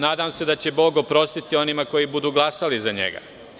Nadam se da će Bog oprostiti onima koji budu glasali za njega.